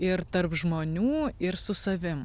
ir tarp žmonių ir su savim